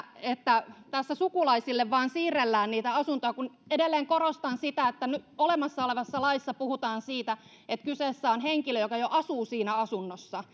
että tässä sukulaisille vain siirrellään niitä asuntoja kun edelleen korostan sitä että olemassa olevassa laissa puhutaan siitä että kyseessä on henkilö joka jo asuu siinä asunnossa